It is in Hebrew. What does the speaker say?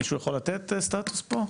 מישהו יכול לתת סטאטוס פה?